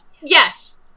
yes